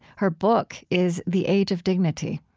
her book is the age of dignity